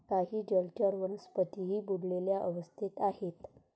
काही जलचर वनस्पतीही बुडलेल्या अवस्थेत आहेत